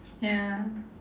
ya